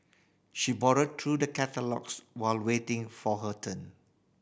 she borrow through the catalogues while waiting for her turn